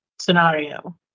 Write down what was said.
scenario